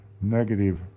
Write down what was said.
negative